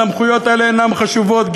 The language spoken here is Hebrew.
הסמכויות האלה אינן חשובות.